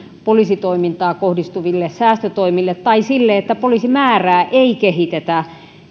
poliisitoimintaan kohdistuville säästötoimille tai sille että poliisimäärää ei kehitetä